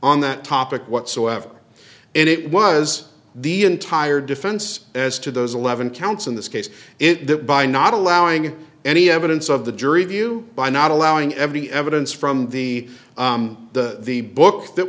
on that topic whatsoever and it was the entire defense as to those eleven counts in this case it that by not allowing any evidence of the jury view by not allowing any evidence from the e the the book that